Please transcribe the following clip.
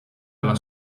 alla